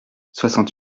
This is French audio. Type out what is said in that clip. soixante